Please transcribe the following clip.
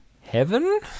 Heaven